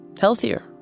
healthier